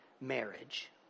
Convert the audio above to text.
marriage